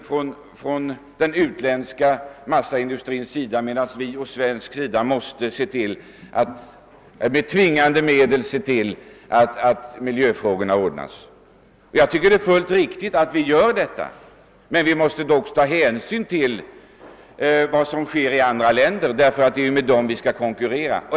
Inom den svenska industrin är man däremot tvungen att ta hänsyn till miljövårdsfrågorna. Jag tycker också att det är fullt riktigt att så är fallet. Men vi måste då också ta hänsyn till vad som sker i andra länder och stödja vår egen industri i detta avseende, det är ju med de utländska vi skall konkurrera.